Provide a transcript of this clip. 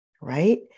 right